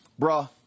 bruh